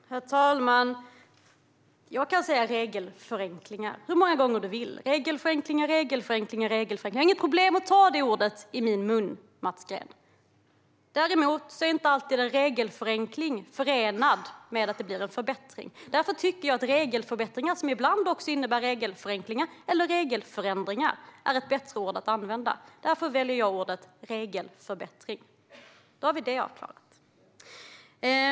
Herr talman! Jag kan säga "regelförenklingar" hur många gånger du vill. Regelförenklingar, regelförenklingar, regelförenklingar. Jag har inga problem med att ta det ordet i min mun, Mats Green. Däremot är inte alltid en regelförenkling förenad med att det blir en förbättring. Därför tycker jag att "regelförbättringar", som ibland också innebär regelförenklingar eller regelförändringar, är ett bättre ord att använda. Därför väljer jag ordet regelförbättring. Då har vi det avklarat.